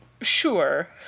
Sure